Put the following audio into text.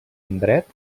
indret